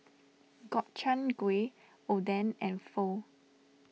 Gobchang Gui Oden and Pho